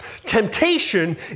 Temptation